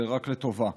זה רק לטובה.